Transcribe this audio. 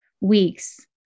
weeks